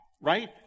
right